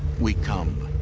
we come.